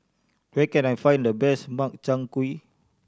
where can I find the best Makchang Gui